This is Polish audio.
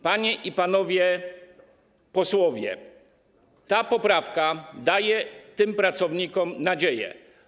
Panie i panowie posłowie, ta poprawka daje tym pracownikom nadzieję.